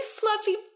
fluffy